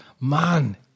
man